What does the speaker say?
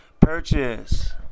purchase